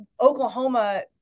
Oklahoma –